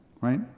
right